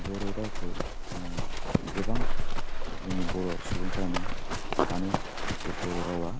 बर' रावखौ गोबां जोंनि बर' सुबुंफ्रानो सानो जे बर' रावा